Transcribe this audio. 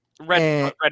Red